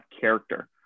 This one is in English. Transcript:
character